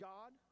God